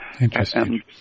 Interesting